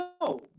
No